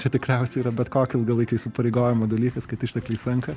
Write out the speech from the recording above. čia tikriausiai yra bet kokio ilgalaikio įsipareigojimo dalykas kad ištekliai senka